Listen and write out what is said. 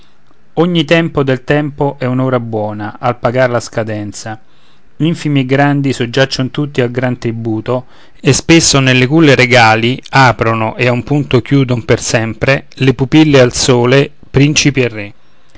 ogni tempo del tempo è un'ora buona al pagar la scadenza infimi e grandi soggiaccion tutti al gran tributo e spesso nelle culle regali aprono e a un punto chiudon per sempre le pupille al sole principi e re